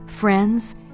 Friends